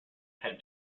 had